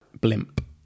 blimp